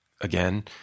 Again